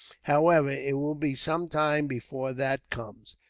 however, it will be sometime before that comes.